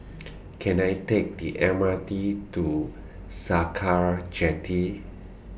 Can I Take The M R T to Sakra Jetty